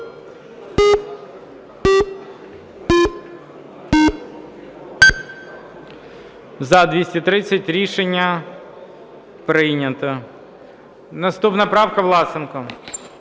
За-230 Рішення прийнято. Наступна правка, Власенко.